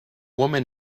woman